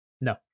No